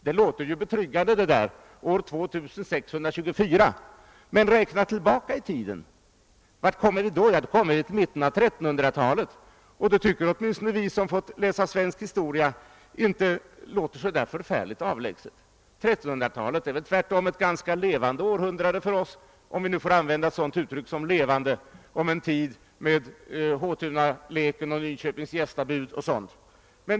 Det låter kanske betryggande att detta inte skall inträffa förrän år 2624, men om vi räknar lika långt tillbaka i tiden kommer vi bara till 1300 talet, och det tycker åtminstone vi som läst historia inte låter så särskilt avlägset. Det är tvärtom ett ganska levande århundrade för oss om man nu kan använda ordet »levande» om ett århundrade med sådana händelser som Håtunaleken, Nyköpings gästabud osv.